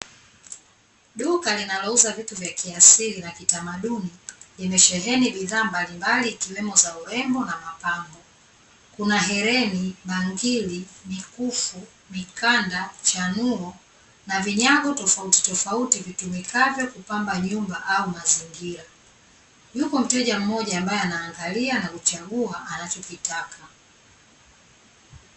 Duka linalouza vitu ya kiasili na kitamaduni limesheheni bidhaa mbalimbali ikiwemo za urembo na mapambo. Kuna hereni, bangili, mikufu, mikanda, chanuo na vinyago tofautitofauti vitumikavyo kupamba nyumba au mazingira. Yuko mteja mmoja ambaye anaangalia na kuchagua anachokitaka.